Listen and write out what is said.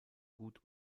gut